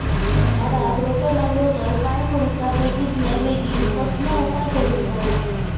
झाडाक रोटो लागलो तर काय करुचा बेगितल्या बेगीन कसलो उपाय करूचो?